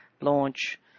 launch